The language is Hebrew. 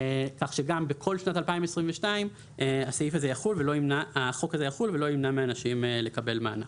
כך שגם בכל שנת 2022 החוק הזה יחול ולא ימנע מאנשים לקבל מענק.